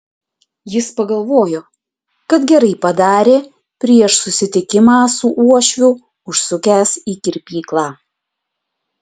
jis pagalvojo kad gerai padarė prieš susitikimą su uošviu užsukęs į kirpyklą